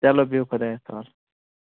چلو بِہِوٗ خۄدایس حوال